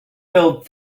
build